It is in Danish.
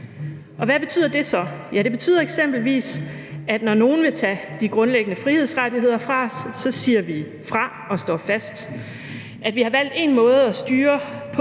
Hvad betyder det så? Det betyder eksempelvis, at når nogen vil tage de grundlæggende frihedsrettigheder fra os, siger vi fra og står fast. Vi har valgt én måde at styre på